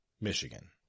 Michigan